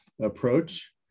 approach